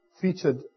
featured